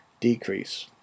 decrease